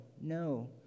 No